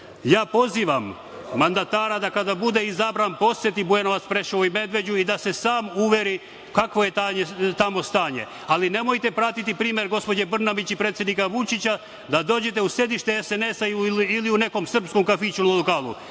pozivam mandatara kada bude izabran da poseti Bujanovac, Preševo i Medveđu i da se sam uveri kakvo je tamo stanje. Nemojte pratiti primer gospođe Brnabić i predsednika Vučića, da dođete u sedište SNS ili u nekom srpskom kafiću ili lokalu.